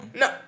No